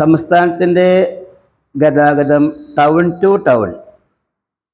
സമസ്ഥാനത്തിൻ്റെ ഗതാഗതം town to town